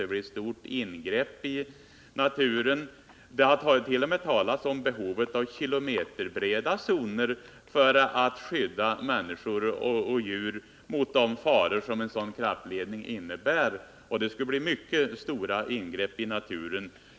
Det blir ett stort ingrepp i naturen. Det har t.o.m. talats om behovet av kilometerbreda zoner för att skydda människor och djur mot de faror som en sådan kraftledning innebär. Den skulle förorsaka stora ingrepp i naturen.